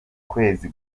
kwezi